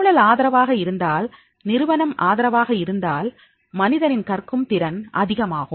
சூழல் ஆதரவாக இருந்தால் நிறுவனம் ஆதரவாக இருந்தால் மனிதனின் கற்கும் திறன் அதிகமாகும்